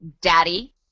Daddy